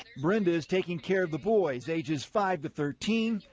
brenda is taking care of the boys, ages five to thirteen,